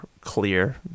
clear